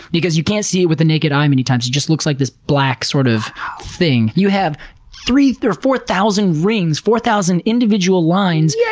because you can't see it with the naked eye many times it just looks like this black sort of thing. you have three three or four thousand rings, four thousand individual lines, yeah